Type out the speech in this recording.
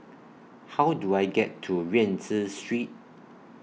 How Do I get to Rienzi Street